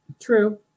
True